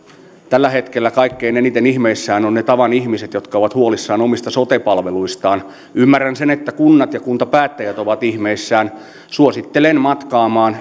tällä hetkellä kaikkein eniten ihmeissään ovat ne tavan ihmiset jotka ovat huolissaan omista sote palveluistaan ymmärrän sen että kunnat ja kuntapäättäjät ovat ihmeissään suosittelen matkaamaan